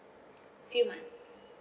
few months